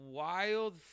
wild